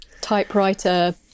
typewriter